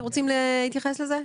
אתם רוצים להתייחס לזה?